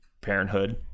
parenthood